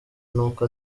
n’uko